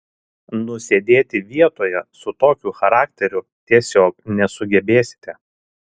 nusėdėti vietoje su tokiu charakteriu tiesiog nesugebėsite